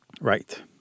Right